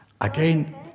Again